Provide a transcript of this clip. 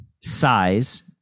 size